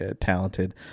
talented